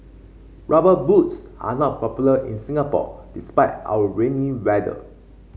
rubber boots are not popular in Singapore despite our rainy weather